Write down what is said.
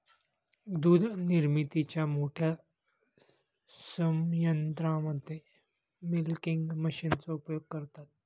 दूध निर्मितीच्या मोठ्या संयंत्रांमध्ये मिल्किंग मशीनचा उपयोग करतात